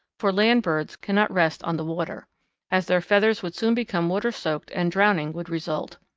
for land birds cannot rest on the water as their feathers would soon become water-soaked and drowning would result.